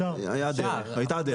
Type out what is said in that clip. הייתה דרך.